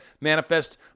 manifest